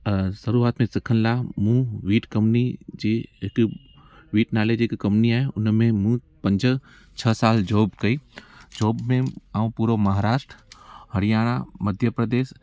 शुरुवात में सिखण ला मूं वीट कम्पनी जी जे हिकु हिकु नाले जी कंपनीअ उन में मूं पंज छह साल जो मूंखे जॉब में पूरो महाराष्ट्र हरियाणा मध्य प्रदेश